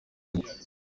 ine